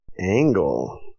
angle